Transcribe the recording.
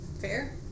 Fair